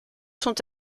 sont